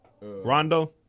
Rondo